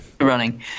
running